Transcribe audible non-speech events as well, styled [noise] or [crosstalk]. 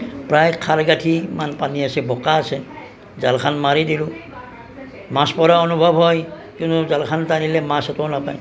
প্ৰায় [unintelligible] কাঠি মান পানী আছে বোকা আছে জালখন মাৰি দিলোঁ মাছ পৰাৰ অনুভৱ হয় কিন্তু জালখন টানিলে মাছ এটাও নাপায়